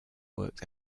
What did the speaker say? worked